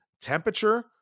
temperature